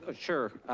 ah sure.